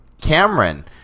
cameron